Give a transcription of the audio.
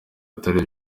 atari